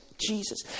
Jesus